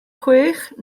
chwech